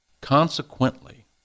consequently